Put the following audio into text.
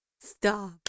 Stop